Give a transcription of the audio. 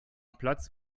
platz